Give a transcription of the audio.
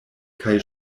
kaj